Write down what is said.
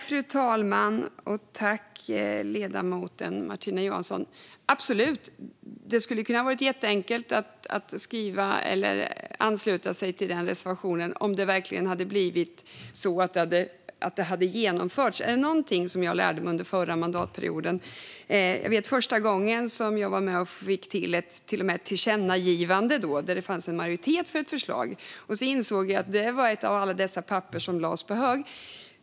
Fru talman! Absolut! Det hade varit jätteenkelt att ansluta sig till den reservationen om det verkligen hade blivit så att detta genomförts. En sak lärde jag mig under förra mandatperioden. Första gången jag var med och fick igenom ett tillkännagivande, där det alltså fanns majoritet för ett förslag, insåg jag att det blev ett av alla dessa papper som lades på hög.